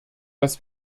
dass